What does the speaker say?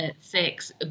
sex